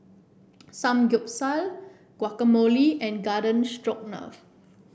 Samgeyopsal Guacamole and Garden Stroganoff